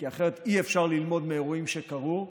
כי אחרת אי-אפשר ללמוד מאירועים שקרו.